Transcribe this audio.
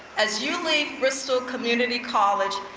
as you leave bristol community college,